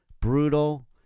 brutal